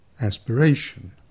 aspiration